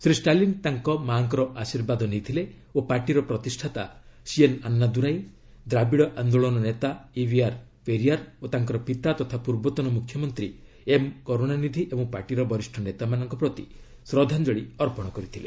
ଶ୍ରୀ ଷ୍ଟାଲିନ ତାଙ୍କ ମାଆଙ୍କର ଆଶୀର୍ବାଦ ନେଇଥିଲେ ଓ ପାର୍ଟିର ପ୍ରତିଷ୍ଠାତା ସିଏନ୍ଆନ୍ନାଦୁରାଇ ଦ୍ରାବିଡ଼ ଆନ୍ଦୋଳନ ନେତା ଇଭିଆର୍ ପେରିୟାର ଓ ତାଙ୍କର ପିତା ତଥା ପୂର୍ବତନ ମୁଖ୍ୟମନ୍ତ୍ରୀ ଏମ୍ କରୁଣାନିଧି ଏବଂ ପାର୍ଟିର ବରିଷ୍ଣ ନେତାମାନଙ୍କ ପ୍ରତି ଶ୍ରଦ୍ଧାଞ୍ଜଳି ଅର୍ପଣ କରିଥିଲେ